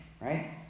right